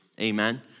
amen